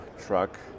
truck